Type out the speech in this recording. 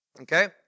okay